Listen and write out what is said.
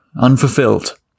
unfulfilled